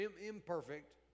imperfect